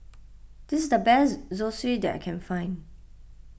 this is the best Zosui that I can find